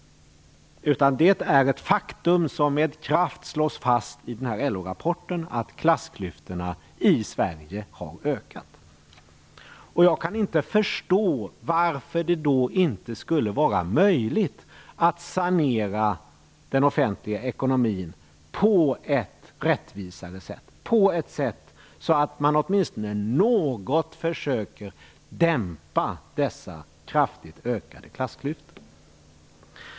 Det är ett faktum som med kraft slås fast i den här LO rapporten, att klassklyftorna i Sverige har ökat. Jag kan inte förstå varför det då inte skulle vara möjligt att sanera den offentliga ekonomin på ett rättvisare sätt, så att man åtminstone något försöker minska dessa kraftigt ökade klassklyftor.